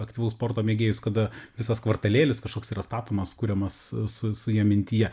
aktyvaus sporto mėgėjus kada visas kvartalėlis kažkoks yra statomas kuriamas su su ja mintyje